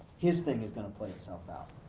his thing is gonna play itself out?